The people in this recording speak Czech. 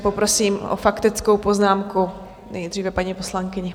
Poprosím o faktickou poznámku nejdříve paní poslankyni.